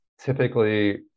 typically